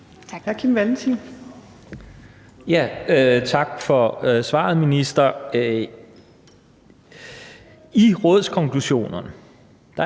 Tak for svaret, minister.